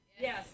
Yes